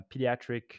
pediatric